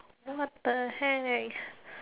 what the heck